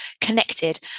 connected